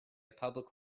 public